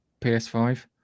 PS5